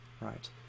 right